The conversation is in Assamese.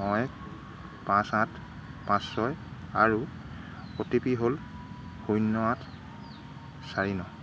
ন এক পাঁচ আঠ পাঁচ ছয় আৰু অ' টি পি হ'ল শূন্য় আঠ চাৰি ন